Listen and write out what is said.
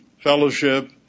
fellowship